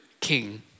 king